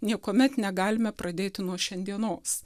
niekuomet negalime pradėti nuo šiandienos